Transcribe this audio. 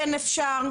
כן אפשר.